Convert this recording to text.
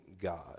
God